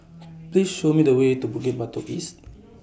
Please Show Me The Way to Bukit Batok East